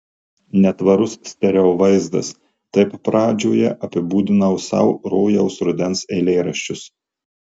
netvarus stereo vaizdas taip pradžioje apibūdinau sau rojaus rudens eilėraščius